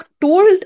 told